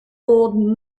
old